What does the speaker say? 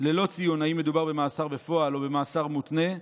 ללא ציון אם מדובר במאסר בפועל או גם במאסר מותנה,